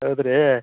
ಹೌದ್ರೀ